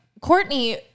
Courtney